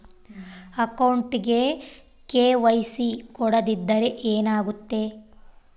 ಅಕೌಂಟಗೆ ಕೆ.ವೈ.ಸಿ ಕೊಡದಿದ್ದರೆ ಏನಾಗುತ್ತೆ?